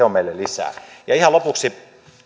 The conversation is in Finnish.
on meille lisää ihan lopuksi